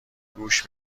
گوش